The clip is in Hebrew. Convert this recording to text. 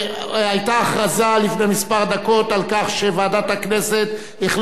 היתה הכרזה לפני דקות מספר על כך שוועדת הכנסת החליטה